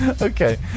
Okay